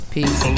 Peace